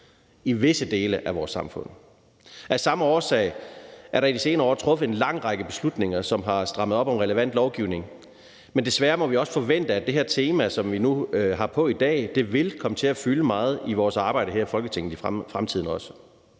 i visse dele af vores samfund. Af samme årsag er der i de senere år truffet en lang række beslutninger, som har strammet relevant lovgivning op. Men desværre må vi også forvente, at det her tema, som vi nu har på i dag, vil komme til at fylde meget i vores arbejde her i Folketinget i fremtiden også.